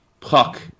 Puck